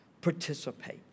participate